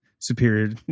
Superior